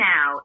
Now